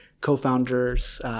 Co-founders